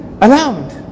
allowed